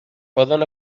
poden